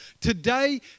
today